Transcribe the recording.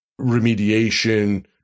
remediation